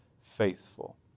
faithful